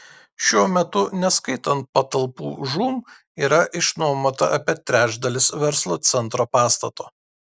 šiuo metu neskaitant patalpų žūm yra išnuomota apie trečdalis verslo centro pastato